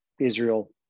Israel